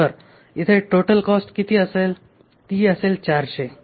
तर इथे total cost किती असेल ती असेल 400